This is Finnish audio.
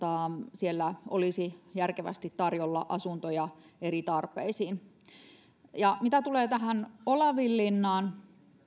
siellä olisi järkevästi tarjolla asuntoja eri tarpeisiin mitä tulee olavinlinnaan